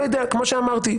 כמו שאמרתי,